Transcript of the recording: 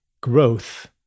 growth